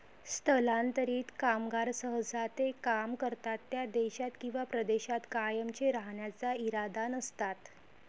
स्थलांतरित कामगार सहसा ते काम करतात त्या देशात किंवा प्रदेशात कायमचे राहण्याचा इरादा नसतात